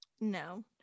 No